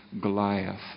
Goliath